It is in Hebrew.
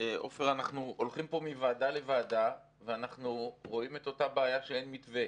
ואנחנו הולכים פה מוועדה לוועדה ורואים את אותה בעיה שאין מתווה.